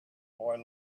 boy